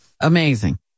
Amazing